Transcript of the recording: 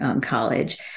college